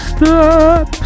Stop